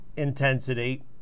intensity